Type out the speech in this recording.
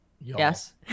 yes